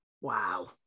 Wow